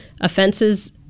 offenses